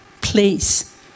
please